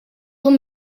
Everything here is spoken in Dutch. een